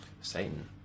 Satan